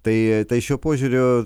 tai tai šiuo požiūriu